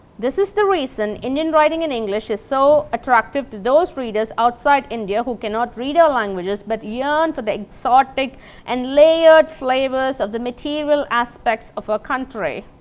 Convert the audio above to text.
this is the reason indian writing in english is so attractive to those readers outside india who cannot read our languages, but yearn for the exotic and layered flavours of the material aspects of our country.